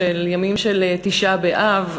ימים של תשעה באב,